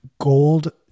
gold